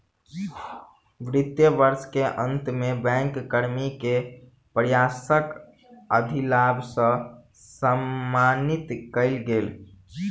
वित्तीय वर्ष के अंत में बैंक कर्मी के प्रयासक अधिलाभ सॅ सम्मानित कएल गेल